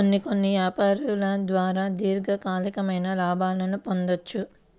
కొన్ని కొన్ని యాపారాల ద్వారా దీర్ఘకాలికమైన లాభాల్ని పొందొచ్చు